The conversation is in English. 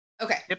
Okay